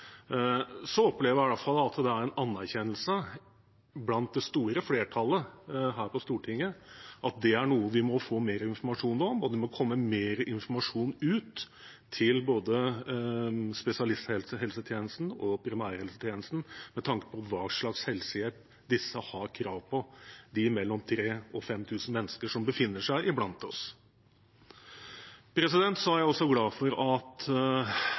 opplever i hvert fall jeg at det er en anerkjennelse blant det store flertallet her på Stortinget av at det er noe vi må få mer informasjon om, og at det må komme mer informasjon ut til både spesialisthelsetjenesten og primærhelsetjenesten om hva slags hjelp de har krav på, disse 3 000–5 000 menneskene som befinner seg blant oss. Jeg er også glad for at